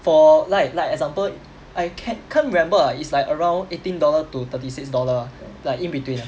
for like like example I can't can't remember lah it's like around eighteen dollar to thirty six dollar lah like in between ah